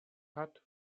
hat